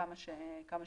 כמה שניתן.